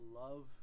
love